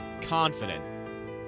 confident